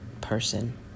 person